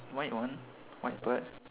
white one white bird